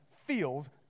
feels